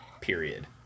period